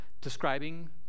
describing